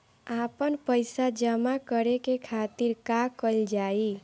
आपन पइसा जमा करे के खातिर का कइल जाइ?